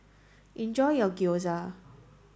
enjoy your Gyoza